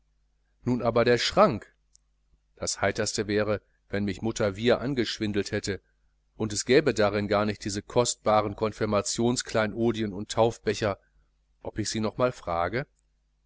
nun aber der schrank das heiterste wäre wenn mich mutter wiehr angeschwindelt hätte und es gäbe da drin gar nicht diese kostbaren konfirmationskleinodien und taufbecher ob ich sie nochmal frage